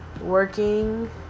working